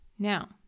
Now